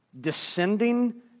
descending